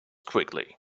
quickly